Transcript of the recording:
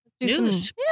News